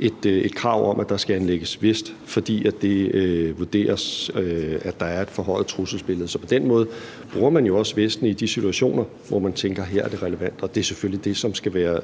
et krav om, at der skal anlægges vest, fordi det vurderes, at der er et forhøjet trusselsbillede. Så på den måde bruger man jo også vesten i de situationer, hvor man tænker, at her er det relevant, og det er selvfølgelig det, der skal være